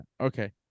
Okay